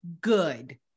good